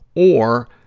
or,